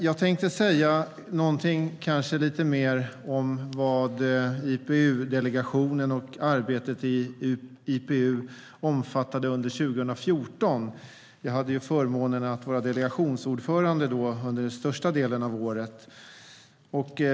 Jag tänkte säga något mer om vad IPU-delegationen och arbetet i IPU omfattade under 2014. Jag hade förmånen att vara delegationsordförande under den största delen av året.